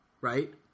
right